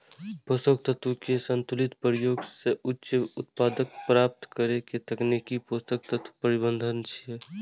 पोषक तत्व के संतुलित प्रयोग सं उच्च उत्पादकता प्राप्त करै के तकनीक पोषक तत्व प्रबंधन छियै